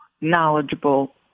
knowledgeable